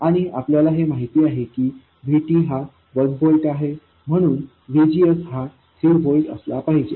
आणि आपल्याला हे माहिती आहे की VT हा 1 व्होल्ट आहे म्हणून VGSहा 3 व्होल्ट असला पाहिजे